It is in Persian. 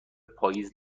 پاییز